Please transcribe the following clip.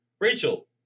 Rachel